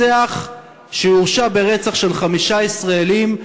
רוצח שהורשע ברצח של חמישה ישראלים,